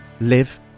live